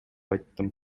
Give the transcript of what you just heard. айттым